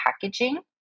packaging